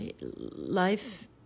life